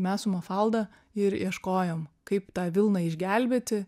mes su mofalda ir ieškojom kaip tą vilną išgelbėti